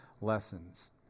lessons